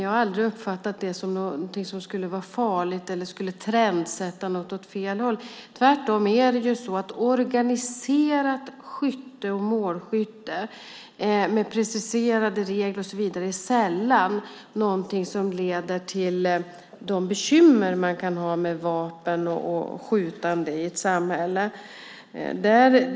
Jag har aldrig uppfattat det som någonting farligt eller trendsättande åt fel håll. Tvärtom är det så att organiserat skytte och målskytte med preciserade regler och så vidare sällan är någonting som leder till de bekymmer man kan ha med vapen och skjutande i ett samhälle.